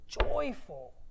joyful